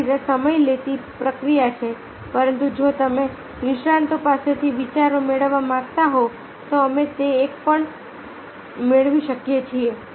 તેથી તે સમય લેતી પ્રક્રિયા છે પરંતુ જો તમે નિષ્ણાતો પાસેથી વિચારો મેળવવા માંગતા હોવ તો અમે તે પણ મેળવી શકીએ છીએ